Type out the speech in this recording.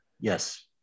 Yes